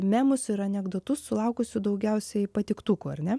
memus ir anekdotus sulaukusių daugiausiai patiktukų ar ne